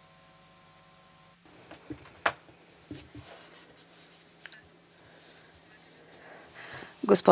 hvala